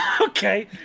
Okay